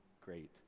great